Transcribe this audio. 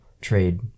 trade